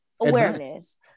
awareness